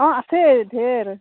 অঁ আছে ধেৰ